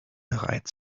bereit